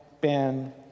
Ben